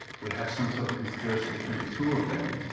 we hatch some sort of conspiracy between the two of them